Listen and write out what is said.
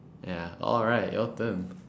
ya alright your turn